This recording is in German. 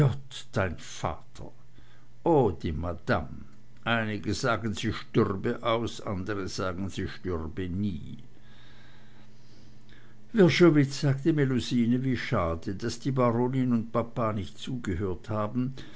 dein vater oh die madamm einige sagen sie stürbe aus andre sagen sie stürbe nie wrschowitz sagte melusine wie schade daß die baronin und papa nicht zugehört haben